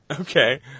Okay